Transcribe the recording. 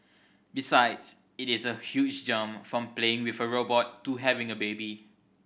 besides it is a huge jump from playing with a robot to having a baby